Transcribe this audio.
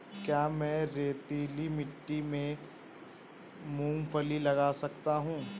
क्या मैं रेतीली मिट्टी में मूँगफली लगा सकता हूँ?